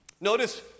Notice